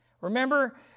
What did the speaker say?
Remember